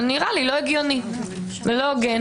נראה לי לא הגיוני ולא הוגן.